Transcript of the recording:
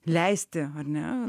leisti ar ne